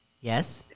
Yes